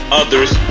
other's